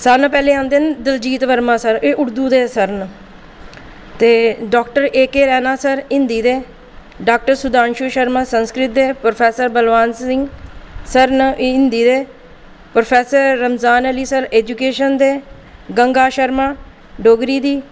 सारें कोला पैह्लें आंदे न दलजीत वर्मा एह् उर्दूं दे सर न ते doctor A K Raina sir Hindi दे डाक्टर सुधांशु शर्मा संस्कृत दे प्रौफैसर बलवान सिंह सर न एह् हिंदी दे professor Ramzan Ali sir education दे गंगा शर्मा डोगरी दी